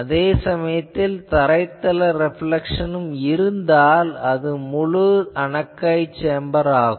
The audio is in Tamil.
அதே சமயத்தில் தரைத்தள ரேப்லேக்சன்கள் இருந்தால் அது முழு அனக்காய் சேம்பர் ஆகும்